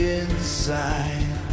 inside